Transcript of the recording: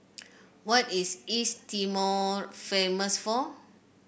what is East Timor famous for